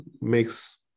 makes